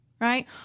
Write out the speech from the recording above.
right